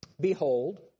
Behold